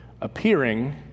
appearing